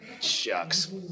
Shucks